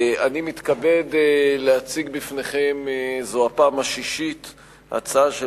אני מתכבד להציג בפניכם זו הפעם השישית הצעה של